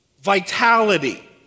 vitality